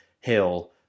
Hill